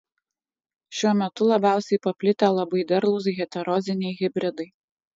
šiuo metu labiausiai paplitę labai derlūs heteroziniai hibridai